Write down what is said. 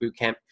Bootcamp